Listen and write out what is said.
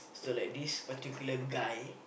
so like this particular guy